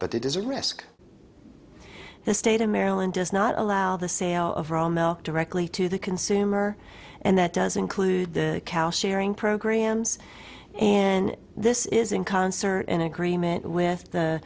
but it is a risk the state of maryland does not allow the sale of raw milk directly to the consumer and that does include the cow sharing programs and this is in concert in agreement with the